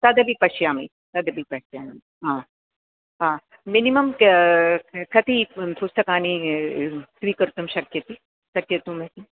तदपि पश्यामि तदपि पश्यामि हा हा मिनिमम् क कति पुस्तकानि स्वीकर्तुं शक्यते शक्यतुं